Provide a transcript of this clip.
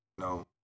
no